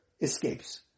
escapes